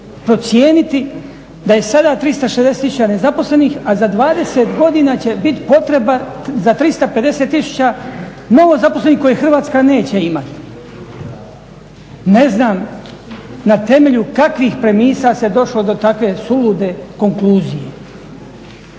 procijeniti da je sada 360 000 nezaposlenih, a za 20 godina će bit potreba za 350 000 novo zaposlenih koje Hrvatska neće imati. Ne znam na temelju kakvih premisa se došlo do takve sulude konfuzije.